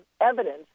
evidence